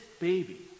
baby